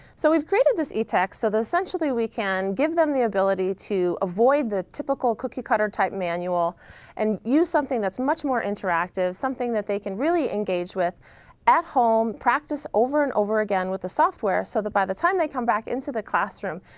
so we've created this etext so that essentially we can give them the ability to avoid the typical cookie cutter-type manual and use something that's much more interactive, something that they can really engage with at home, practice over and over again with the software. so that by the time they come back into the classroom,